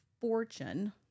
fortune